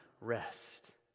rest